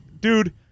dude